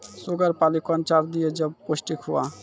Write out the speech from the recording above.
Sugar पाली कौन चार दिय जब पोस्टिक हुआ?